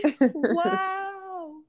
wow